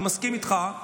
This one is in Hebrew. אני מסכים איתך,